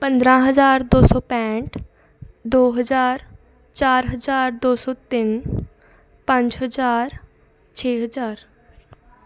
ਪੰਦਰ੍ਹਾਂ ਹਜ਼ਾਰ ਦੋ ਸੌ ਪੈਂਹਠ ਦੋ ਹਜ਼ਾਰ ਚਾਰ ਹਜ਼ਾਰ ਦੋ ਸੌ ਤਿੰਨ ਪੰਜ ਹਜ਼ਾਰ ਛੇ ਹਜ਼ਾਰ